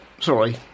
Sorry